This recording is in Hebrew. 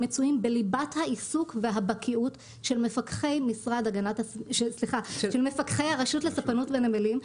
מצויים בליבת העיסוק והבקיאות של מפקחי הרשות לספנות ונמלים,